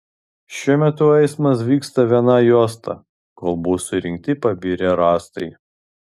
šiuo metu eismas vyksta viena juosta kol bus surinkti pabirę rąstai